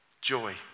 joy